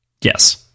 Yes